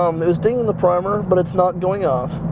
um it was dinging the primer. but it's not going off.